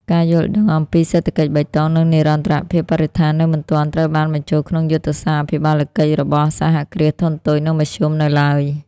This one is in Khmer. ការយល់ដឹងអំពីសេដ្ឋកិច្ចបៃតង និងនិរន្តរភាពបរិស្ថាន នៅមិនទាន់ត្រូវបានបញ្ចូលក្នុងយុទ្ធសាស្ត្រអភិបាលកិច្ចរបស់ សហគ្រាសធុនតូច និងមធ្យម នៅឡើយ។